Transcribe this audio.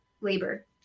labor